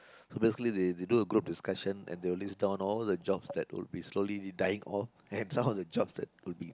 so basically they they do a group discussion that all the job that will be dying off and all the jobs that will be